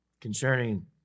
concerning